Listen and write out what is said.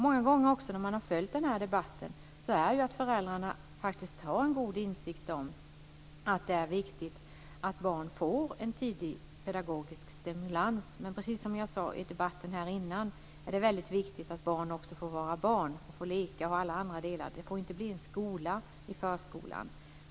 Många gånger när man har följt den här debatten har man ju funnit att föräldrarna faktiskt har en god insikt om att det är viktigt att barn får en tidig pedagogisk stimulans, men precis som jag sade i debatten tidigare är det viktigt att barn också får vara barn och leka osv. Det får absolut inte bli en skola i förskolan.